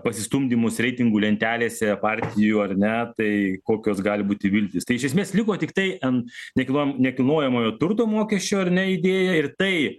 pasistumdymus reitingų lentelėse partijų ar ne tai kokios gali būti viltys tai iš esmės liko tiktai en nekilnojam nekilnojamojo turto mokesčio ar ne idėja ir tai